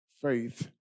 Faith